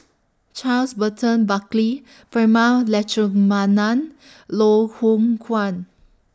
Charles Burton Buckley Prema Letchumanan Loh Hoong Kwan